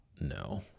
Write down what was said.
No